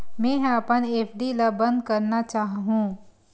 मेंहा अपन एफ.डी ला बंद करना चाहहु